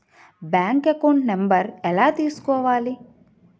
Bank account number ఎలా తీసుకోవాలి?